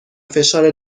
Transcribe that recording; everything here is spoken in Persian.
فشار